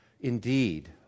Indeed